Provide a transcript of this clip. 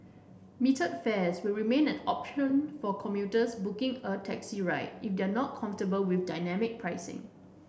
metered fares will remain an option for commuters booking a taxi ride if they are not comfortable with dynamic pricing